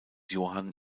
johann